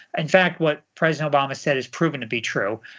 in fact, what president obama said has proven to be true.